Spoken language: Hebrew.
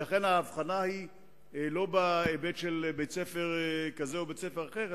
ולכן ההבחנה היא לא בהיבט של בית-ספר כזה או בית-ספר אחר,